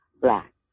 black